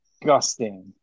disgusting